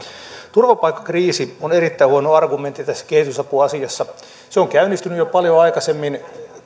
turvapaikkakriisi on erittäin huono argumentti tässä kehitysapuasiassa se on käynnistynyt jo paljon aikaisemmin